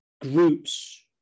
groups